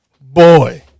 Boy